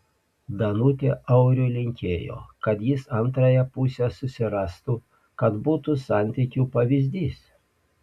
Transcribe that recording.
danutė auriui linkėjo kad jis antrąją pusę susirastų kad būtų santykių pavyzdys